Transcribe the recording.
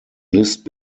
list